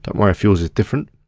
don't worry if yours is different.